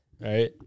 right